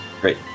Great